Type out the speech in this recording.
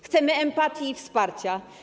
Chcemy empatii i wsparcia.